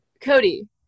cody